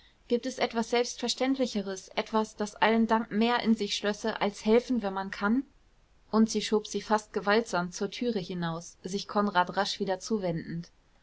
aufgehalten gibt's etwas selbstverständlicheres etwas das allen dank mehr in sich schlösse als helfen wenn man kann und sie schob sie fast gewaltsam zur türe hinaus sich konrad rasch wieder zuwendend